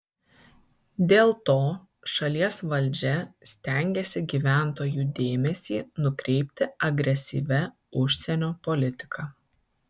dėl to šalies valdžia stengiasi gyventojų dėmesį nukreipti agresyvia užsienio politika